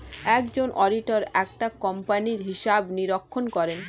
একজন অডিটর একটা কোম্পানির হিসাব নিরীক্ষণ করেন